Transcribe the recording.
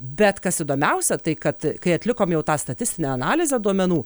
bet kas įdomiausia tai kad kai atlikom jau tą statistinę analizę duomenų